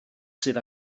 sydd